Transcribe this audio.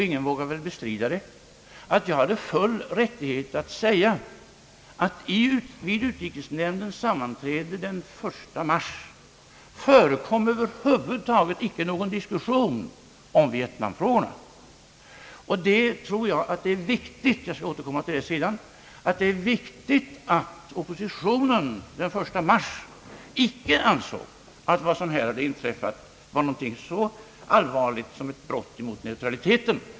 Ingen vågar väl bestrida att jag hade full rättighet att säga, att vid utrikesnämndens sammanträde den 1 mars över huvud taget icke förekom någon diskussion om vietnamfrågorna. Och jag tror att det är ett viktigt faktum — jag skall återkomma till det sedan — att oppositio nen den 1 mars icke ansåg att vad som här inträffat var någonting så allvarligt som ett brott mot neutraliteten.